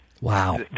Wow